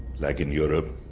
like in europe